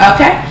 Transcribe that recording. Okay